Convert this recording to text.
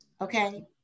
Okay